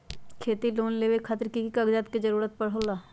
खेती लोन लेबे खातिर की की कागजात के जरूरत होला?